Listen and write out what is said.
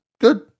good